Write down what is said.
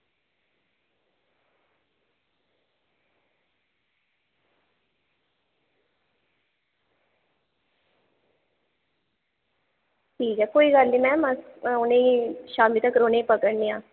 ठीक ऐ कोई गल्ल निं मैम शामीं तगर उ'नेंगी पकड़ने आं